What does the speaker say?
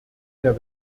der